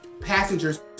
passengers